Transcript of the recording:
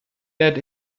that